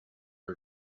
her